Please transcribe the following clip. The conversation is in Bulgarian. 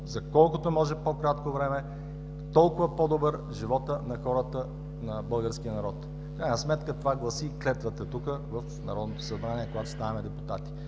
за колкото може по-кратко време толкова по-добър живота на хората, на българския народ. В крайна сметка това гласи клетвата тук, в Народното събрание, когато ставаме депутати.